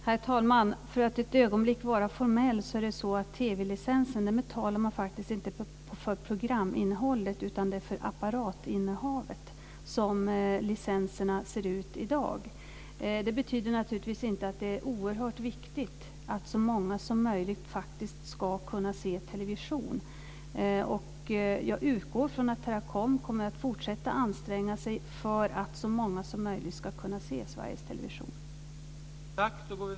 Herr talman! För att ett ögonblick vara formell ska jag säga att TV-licensen betalar man faktiskt inte för programinnehållet utan för apparatinnehavet, som licenserna ser ut i dag. Det betyder naturligtvis inte att det är oerhört viktigt att så många som möjligt ska kunna se television. Jag utgår från att Teracom kommer att fortsätta att anstränga sig att så många som möjligt ska kunna se Sveriges Televisions sändningar.